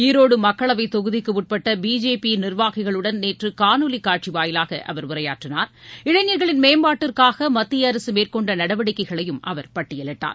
ஈரோடு மக்களவைத் தொகுதிக்குட்பட்ட பிஜேபி நிர்வாகிகளுடன் நேற்று காணொலி காட்சி வாயிலாக அவர் உரையாற்றினார் இளைஞர்களின் மேம்பாட்டிற்காக மத்திய அரசு மேற்கொண்ட நடவடிக்கைகளையும் அவர் பட்டியலிட்டார்